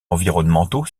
environnementaux